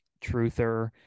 truther